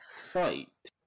fight